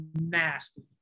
nasty